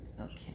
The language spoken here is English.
Okay